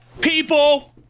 People